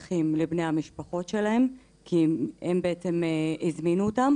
אז או שהם הולכים לבני המשפחות שלהם כי הם בעצם הזמינו אותם,